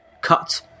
Cut